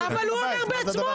ובוועדה למעמד האישה,